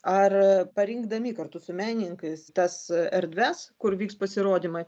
ar parinkdami kartu su menininkais tas erdves kur vyks pasirodymai